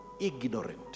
ignorant